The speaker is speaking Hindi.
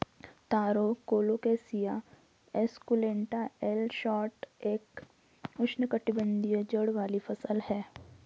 तारो कोलोकैसिया एस्कुलेंटा एल शोट एक उष्णकटिबंधीय जड़ वाली फसल है